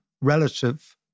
relative